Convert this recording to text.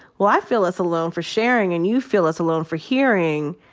well, i feel less alone for sharing, and you feel less alone for hearing.